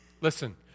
Listen